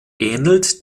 ähnelt